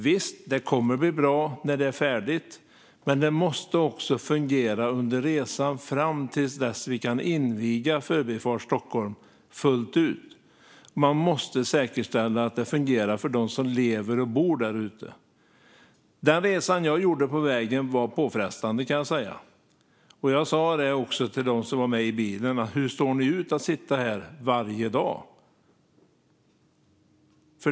Visst, det kommer att bli bra när det är färdigt. Men det måste också fungera under resan fram till dess att vi kan inviga Förbifart Stockholm fullt ut. Man måste säkerställa att det fungerar för dem som lever och bor där ute. Den resa jag gjorde på vägen var påfrestande, kan jag säga. Jag sa till dem som var med i bilen: Hur står ni ut med att sitta här varje dag?